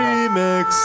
Remix